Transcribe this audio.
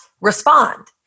respond